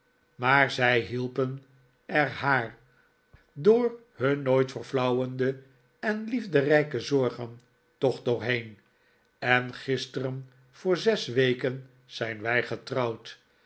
maar zij hielpen er haar door nun nooit verflauwende en liefderijke zorgen toch doorheen en gisteren voor zes weken zijn wij getrouwd